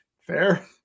fair